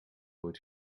ooit